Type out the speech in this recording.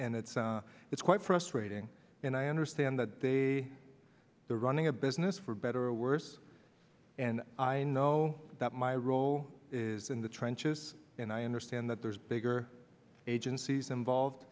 and it's it's quite frustrating and i understand that they are running a business for better or worse and i know that my role is in the trenches and i understand that there's bigger agencies